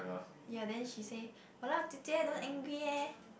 ya then she say !walao! Jie-Jie don't angry eh